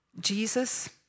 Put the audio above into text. Jesus